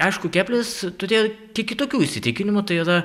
aišku kepleris turi kiek kitokių įsitikinimų tai yra